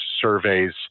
surveys